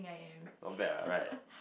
not bad what right